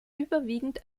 überwiegend